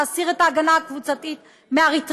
להסיר את ההגנה הקבוצתית מהאריתריאים.